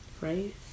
right